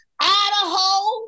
Idaho